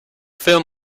film